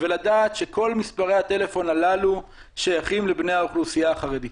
ולדעת שכל מספרי הטלפון הללו שייכים לבני האוכלוסייה החרדית.